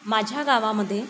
हां माझ्या गावामध्ये